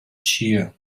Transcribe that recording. cheer